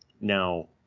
Now